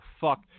fuck